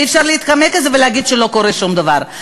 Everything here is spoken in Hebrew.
ואי-אפשר להתחמק מזה ולהגיד שלא קורה שום דבר.